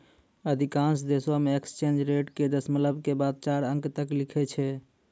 अधिकांश देशों मे एक्सचेंज रेट के दशमलव के बाद चार अंक तक लिखै छै